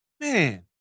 man